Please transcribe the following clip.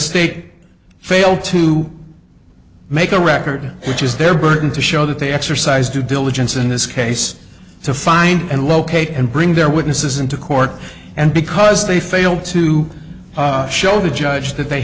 state failed to make a record which is their burden to show that they exercise due diligence in this case to find and locate and bring their witnesses into court and because they failed to show the judge that they